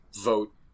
vote